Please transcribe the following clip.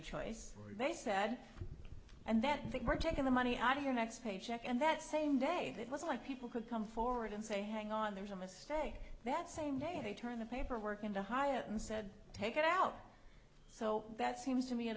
choice they said and that they were taking the money out of your next paycheck and that same day it was like people could come forward and say hang on there's a mistake that same day they turned the paperwork into high up and said take it out so that seems to me at